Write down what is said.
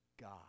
God